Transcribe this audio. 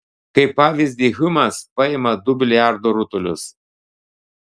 kaip pavyzdį hjumas paima du biliardo rutulius